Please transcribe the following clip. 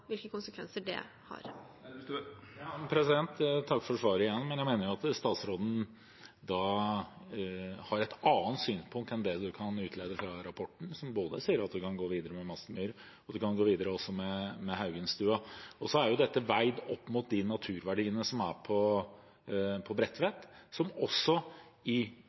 hvilke konsekvenser det har. Jeg takker igjen for svaret. Jeg mener at statsråden da har et annet synspunkt enn det man kan utlede fra rapporten, som sier både at man kan gå videre med Mastemyr, og at man kan gå videre med Haugenstua. Så er dette veid opp mot de naturverdiene som er på Bredtvet, som